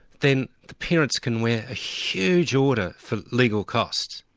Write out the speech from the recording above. then the parents can wear a huge order for legal costs.